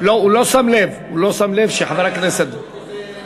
הוא לא שם לב שחבר הכנסת, זה היה